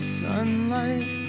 sunlight